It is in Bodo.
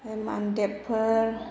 ओमफ्राय मानदेबफोर